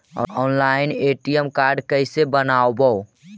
Online ATM card कैसे बनाबौ?